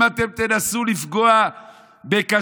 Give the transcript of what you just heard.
אם אתם תנסו לפגוע בכשרות,